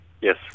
Yes